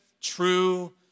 true